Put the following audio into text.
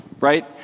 Right